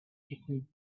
tricking